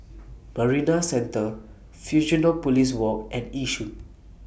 Marina Centre Fusionopolis Walk and Yishun